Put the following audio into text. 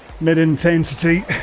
mid-intensity